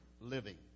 Living